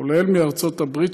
כולל מארצות הברית,